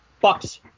Bucks